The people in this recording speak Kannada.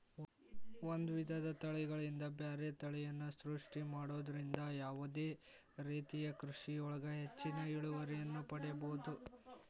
ಒಂದ್ ವಿಧದ ತಳಿಗಳಿಂದ ಬ್ಯಾರೆ ತಳಿಯನ್ನ ಸೃಷ್ಟಿ ಮಾಡೋದ್ರಿಂದ ಯಾವದೇ ರೇತಿಯ ಕೃಷಿಯೊಳಗ ಹೆಚ್ಚಿನ ಇಳುವರಿಯನ್ನ ಪಡೇಬೋದು